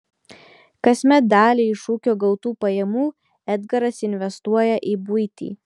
kasmet dalį iš ūkio gautų pajamų edgaras investuoja į buitį